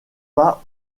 pas